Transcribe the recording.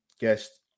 guest